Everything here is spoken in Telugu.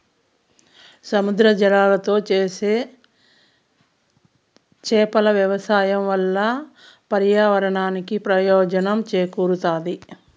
సముద్ర జలాలతో చేసే చేపల వ్యవసాయం వల్ల పర్యావరణానికి ప్రయోజనం చేకూరుతాది